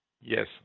yes